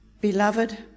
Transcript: Beloved